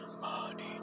money